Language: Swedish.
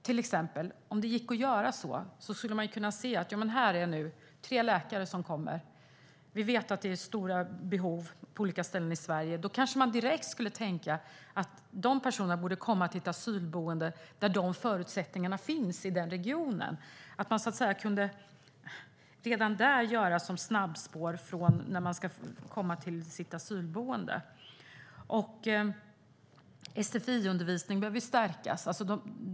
Om man kunde införa ett snabbspår kanske man direkt skulle tänka att personer inom hälso och sjukvård borde komma till ett asylboende i den region där det behövs sjukvårdspersonal. Redan när asylsökande anvisas till ett asylboende borde det finnas ett snabbspår. Sfi-undervisningen behöver stärkas.